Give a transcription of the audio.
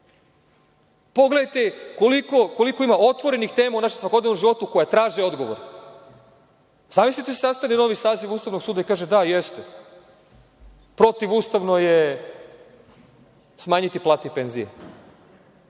politička? Pogledajte koliko ima otvorenih tema u našem svakodnevnom životu koja traže odgovor. Zamislite da se sastane novi saziv Ustavnog suda i kaže – da jeste, protivustavno je smanjiti plate i penzije,